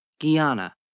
Guyana